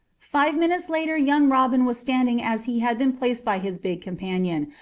five minutes later young robin was standing as he had been placed by his big companion,